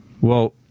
well-